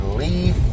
leave